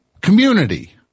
Community